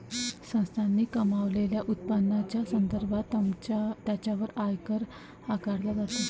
संस्थांनी कमावलेल्या उत्पन्नाच्या संदर्भात त्यांच्यावर आयकर आकारला जातो